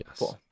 Yes